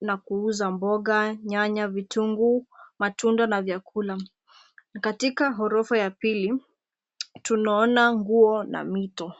na kuuza mboga, nyanya, vitunguu, matunda na vyakula. Katika ghorofa ya pili, tunaona nguo na mito.